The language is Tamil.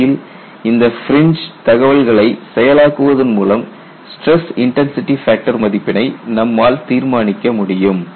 உண்மையில் இந்த பிரின்ஜ் தகவல்களை செயல் ஆக்குவதன் மூலம் ஸ்டிரஸ் இன்டன்சிடி ஃபேக்டர் மதிப்பினை நம்மால் தீர்மானிக்கமுடியும்